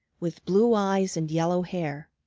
with blue eyes and yellow hair.